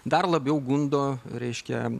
dar labiau gundo reiškia